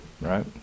Right